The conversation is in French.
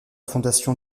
fondation